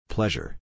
Pleasure